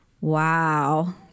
Wow